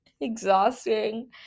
exhausting